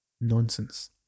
nonsense